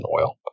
oil